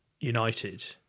United